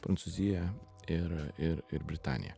prancūzija ir ir ir britanija